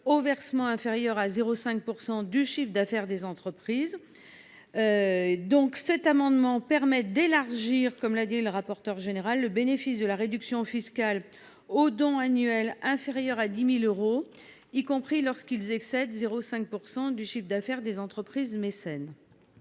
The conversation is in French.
aux versements inférieurs à 0,5 % du chiffre d'affaires des entreprises. Cet amendement tend donc à étendre, comme l'a dit le rapporteur général, le bénéfice de la réduction fiscale aux dons annuels inférieurs à 10 000 euros, y compris lorsqu'ils excèdent 0,5 % du chiffre d'affaires des entreprises mécènes.